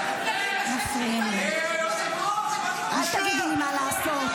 אל תגידו לי מה לעשות.